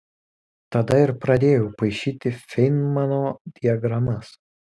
tada ir pradėjau paišyti feinmano diagramas